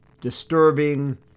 disturbing